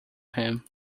him